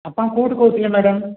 ଆପଣ କେଉଁଠୁ କହୁଥିଲେ ମ୍ୟାଡ଼ମ୍